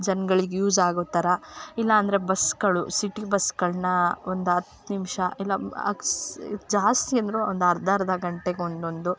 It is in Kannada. ಜನಗಳ್ಗೆ ಯೂಸ್ ಆಗೋಥರ ಇಲ್ಲ ಅಂದರೆ ಬಸ್ಸ್ಗಳು ಸಿಟಿ ಬಸ್ಸ್ಗಳನ್ನ ಒಂದು ಹತ್ತು ನಿಮಿಷ ಇಲ್ಲ ಜಾಸ್ತಿ ಅಂದರೂ ಒಂದು ಅರ್ಧ ಅರ್ಧ ಗಂಟೆಗೆ ಒಂದೊಂದು